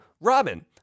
Robin